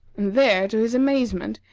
and there, to his amazement,